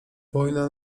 wojna